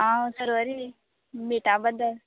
हांव सरवरी मिटा बद्दल